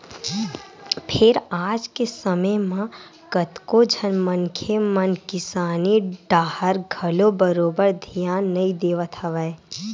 फेर आज के समे म कतको झन मनखे मन किसानी डाहर घलो बरोबर धियान नइ देवत हवय